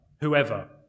Whoever